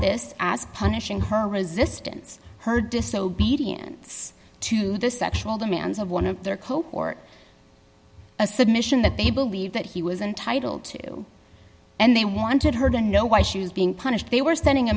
this as punishing her resistance her disobedience to the sexual demands of one of their cohort a submission that they believe that he was entitled to and they wanted her to know why she was being punished they were sending a